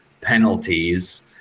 penalties